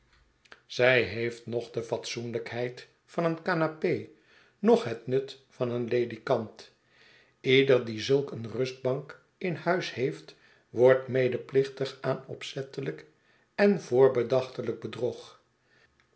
zij heeft noch de fatsoenlijkheid van een canape noch het nut van een ledikant ieder die zulk een rustbank in huis heeft wordt medeplichtig aan opzettelijk en voorbedachtelijk